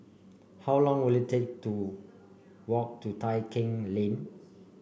how long will it take to walk to Tai Keng Lane